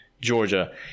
Georgia